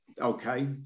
Okay